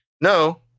No